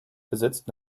besitzt